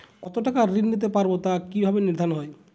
কতো টাকা ঋণ নিতে পারবো তা কি ভাবে নির্ধারণ হয়?